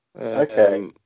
okay